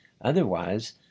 Otherwise